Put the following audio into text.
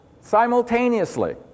simultaneously